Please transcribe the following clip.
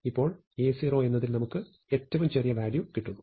ഇപ്പോൾ A0 എന്നതിൽ നമുക്ക് ഏറ്റവും ചെറിയ വാല്യൂ കിട്ടുന്നു